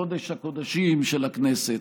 קודש-הקודשים של הכנסת,